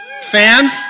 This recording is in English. Fans